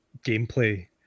gameplay